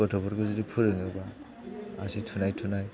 गथ'फोरखौ जुदि फोरोङोबा आसि थुनाय थुनाय